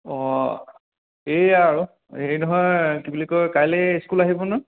অঁ এইয়া আৰু হেৰি নহয় কি বুলি কয় কাইলৈ ইস্কুল আহিব ন